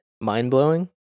mind-blowing